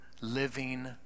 living